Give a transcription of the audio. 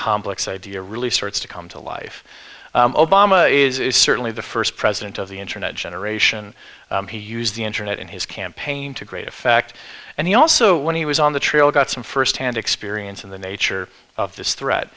complex idea really starts to come to life obama is certainly the first president of the internet generation he used the internet in his campaign to great effect and he also when he was on the trail got some firsthand experience in the nature of this threat